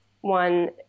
one